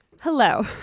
hello